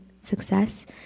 success